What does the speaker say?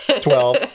Twelve